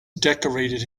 decorated